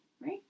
Right